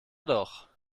doch